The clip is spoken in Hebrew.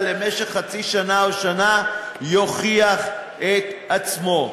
למשך חצי שנה או שנה יוכיח את עצמו,